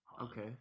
Okay